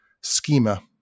schema